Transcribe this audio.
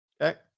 Okay